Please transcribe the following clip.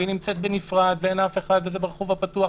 והיא נמצאת בנפרד ואין אף אחד וזה ברחוב הפתוח,